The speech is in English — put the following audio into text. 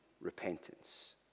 repentance